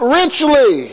richly